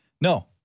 No